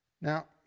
Now